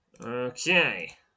Okay